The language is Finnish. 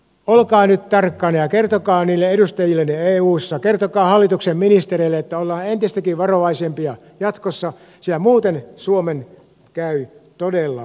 olkaa nyt tarkkana ja kertokaa niille edustajillenne eussa kertokaa hallituksen ministereille että ollaan entistäkin varovaisempia jatkossa sillä muuten suomen käy todella huonosti